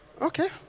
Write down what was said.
Okay